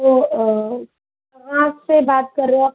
तो कहाँ से बात कर रहे आप